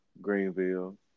Greenville